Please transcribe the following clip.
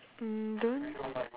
mm don't